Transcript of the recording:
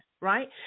right